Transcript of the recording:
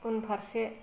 उनफारसे